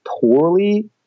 poorly